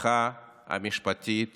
ההפיכה המשפטית